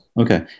Okay